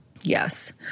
Yes